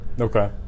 okay